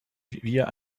wir